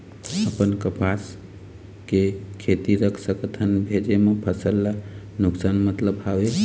अपन कपास के खेती रख सकत हन भेजे मा फसल ला नुकसान मतलब हावे?